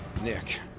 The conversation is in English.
Nick